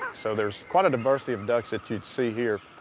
so there's quite a diversity of ducks that you'd see here.